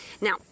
Now